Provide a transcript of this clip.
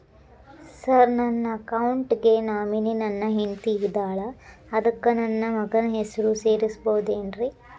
Sir ನನ್ನ account ಗೆ nominee ನನ್ನ ಹೆಂಡ್ತಿ ಇದ್ದಾಳ ಅದಕ್ಕ ನನ್ನ ಮಗನ ಹೆಸರು ಸೇರಸಬಹುದೇನ್ರಿ?